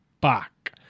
back